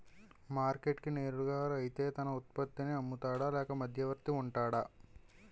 Market కి నేరుగా రైతే తన ఉత్పత్తి నీ అమ్ముతాడ లేక మధ్యవర్తి వుంటాడా?